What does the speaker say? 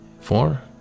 Four